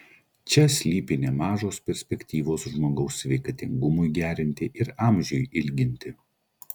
čia slypi nemažos perspektyvos žmogaus sveikatingumui gerinti ir amžiui ilginti